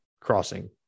crossing